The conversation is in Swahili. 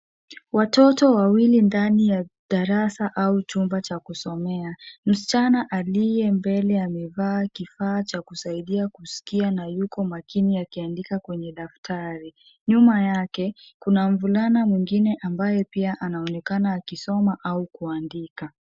Watoto wawili ndani ya darasa au chumba cha kusomea, msichana aliye mbele amevaa kifaa cha kusaidia kusikia na yuko makini akiandika kwenye daftari. Nyuma yake, kuna mvulana mwingine ambaye pia, anaonekana akisoma, au kuandika.